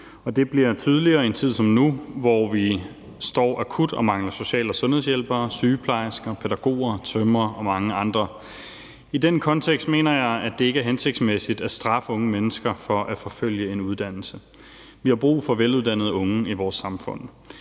Det bliver tydeligere i en tid som nu, hvor vi står akut og mangler social- og sundhedshjælpere, sygeplejersker, pædagoger, tømrere og mange andre. I den kontekst mener jeg ikke, det er hensigtsmæssigt at straffe unge mennesker for at forfølge en uddannelse. Vi har brug for veluddannede unge i vores samfund.